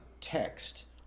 text